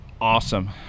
Awesome